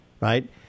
right